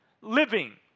Living